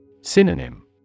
Synonym